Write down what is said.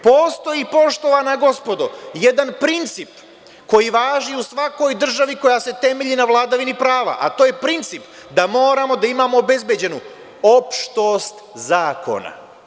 Postoji, poštovana gospodo, jedan princip, koji važi u svakoj državi koja se temelji na vladavini prava, a to je princip da moramo da imamo obezbeđenu opštost zakona.